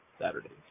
Saturdays